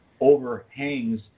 overhangs